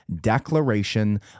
declaration